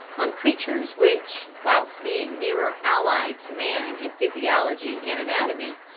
on creatures which whilst being nearer allied to man in physiology and anatomy,